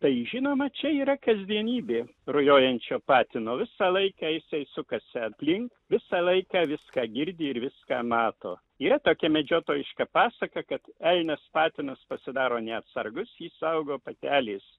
tai žinoma čia yra kasdienybė rujojančio patino visą laiką jisai sukasi aplink visą laiką viską girdi ir viską mato yra tokia medžiotojiška pasaka kad elnias patinas pasidaro neatsargus jį saugo patelės